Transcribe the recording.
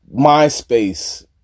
MySpace